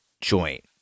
joint